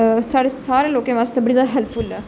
साढ़े सारे लोकें आस्तै बड़ी ज्यादा हैल्पफुल ऐ